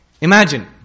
Imagine